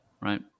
Right